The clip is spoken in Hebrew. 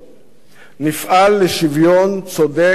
נפעל לשוויון צודק בנטל.